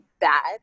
bad